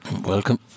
Welcome